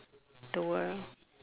the world